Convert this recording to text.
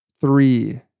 three